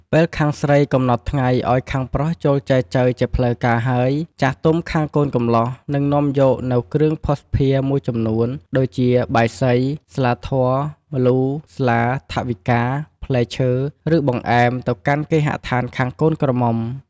ពេលខាងស្រីកំណត់ថ្ងៃឲ្យខាងប្រុសចូលចែចូវជាផ្លូវការហើយ ចាស់ទុំខាងកូនកំលោះនឹងនាំយកនូវគ្រឿងភស្តុភារមួយចំនួន ដូចជា បាយសី ស្លាធម៌ ម្លូ ស្លា ថវិកា ផ្លែឈើ ឬ បង្អែម ទៅកាន់គេហដ្ឋានខាងកូនក្រមុំ។